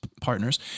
partners